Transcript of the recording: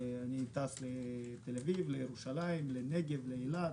אני טס לתל-אביב, לירושלים, לנגב, לאילת,